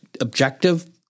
objective